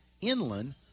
inland